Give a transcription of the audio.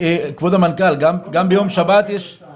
לכן אני חושב שזה הזוי שבסוף